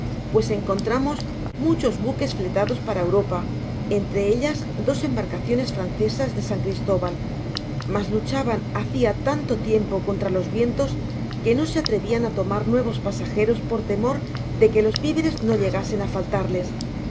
pues encontramos muchos buques fletados para europa entre ellas dos embarcaciones francesas de san cristóbal mas luchaban hacia tanto tiempo contra los tientos que no se atrevian á tomar nuevos pasageros por temor de que los viveres no llegasen á faltarles